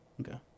Okay